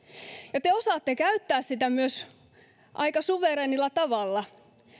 ja te osaatte käyttää sitä myös aika suvereenilla tavalla